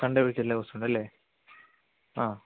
Sunday ഒഴിച്ച് എല്ലാ ദിവസവും ഉണ്ടല്ലേ ആ